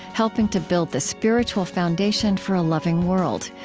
helping to build the spiritual foundation for a loving world.